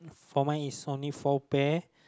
for mine is only four pairs